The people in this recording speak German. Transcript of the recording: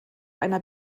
einer